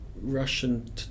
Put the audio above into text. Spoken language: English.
Russian